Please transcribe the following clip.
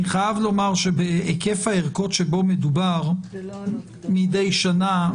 אני חייב לומר שבהיקף הערכות שבו מדובר מדי שנה,